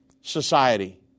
society